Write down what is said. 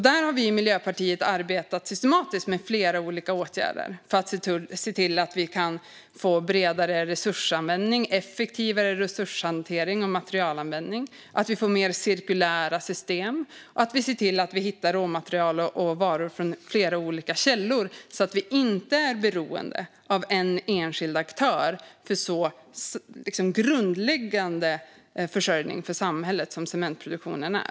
Där har vi i Miljöpartiet arbetat systematiskt med flera olika åtgärder för att se till att vi kan få bredare resursanvändning, effektivare resurshantering och materialanvändning och mer cirkulära system. Vi ska se till att vi hittar råmaterial och varor från flera olika källor så att vi inte är beroende av en enskild aktör för en så grundläggande försörjning för samhället som cementproduktionen är.